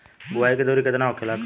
बुआई के दूरी केतना होखेला?